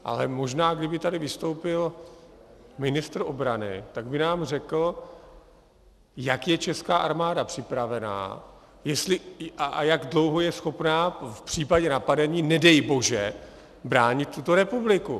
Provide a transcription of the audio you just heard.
Ale možná, kdyby tady vystoupil ministr obrany, tak by nám řekl, jak je česká armáda připravena a jak dlouho je schopna v případě napadení, nedej bože, bránit tuto republiku.